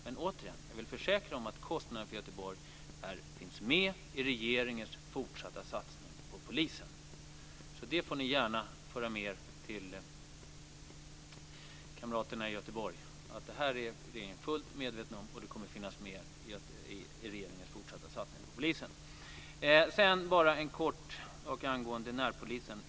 Men jag vill återigen försäkra att kostnaderna för Göteborgsmötet finns med i regeringens fortsatta satsning på polisen. Det får ni gärna föra med er till kamraterna i Göteborg. Regeringen är fullt medveten om detta, och det kommer att finnas med i regeringens fortsatta satsning på polisen. Låt mig sedan säga något kort angående närpolisen.